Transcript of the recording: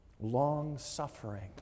long-suffering